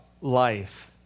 life